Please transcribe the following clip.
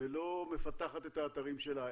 ולא מפתחת את האתרים שלה?